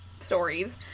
stories